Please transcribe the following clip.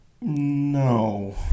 No